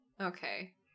Okay